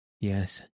Yes